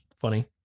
funny